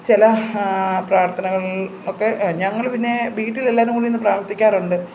ചില പ്രാർത്ഥനകൾ ഒക്കെ ഞങ്ങൾ പിന്നെ വീട്ടിൽ എല്ലാവരും കൂടിയിരുന്ന് പ്രാർത്ഥിക്കാറുണ്ട്